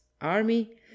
army